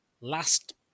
Last